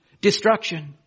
destruction